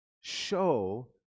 show